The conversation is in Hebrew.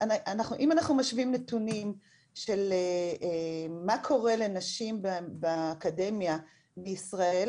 אם אנחנו משווים נתונים של מה קורה לנשים באקדמיה בישראל,